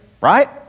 Right